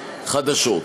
חדשות.